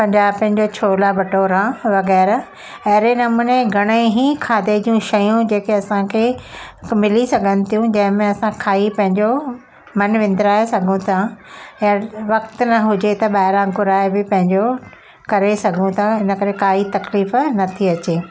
पंजाबियुनि जा छोला भटूरा वग़ैरह अहिड़े नमूने घणा ई ही खाधे जूं शयूं जेके असांखे मिली सघनि थियूं जंहिं में असां खाई पंहिंजो मनु विंद्राए सघूं था या वक़्तु न हुजे त ॿाहिरां घुराए बि पंहिंजो करे सघूं था हिनकरे काई तकलीफ़ु न थी अचे